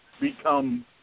become